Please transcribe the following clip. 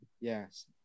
Yes